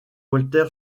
walter